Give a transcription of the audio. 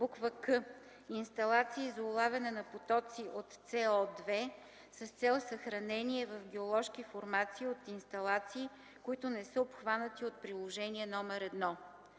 буква „к”: „к) инсталации за улавяне на потоци от CO2 с цел съхранение в геоложки формации от инсталации, които не са обхванати от Приложение № 1.”.